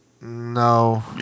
No